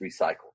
recycled